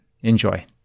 Enjoy